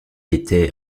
était